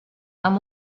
amb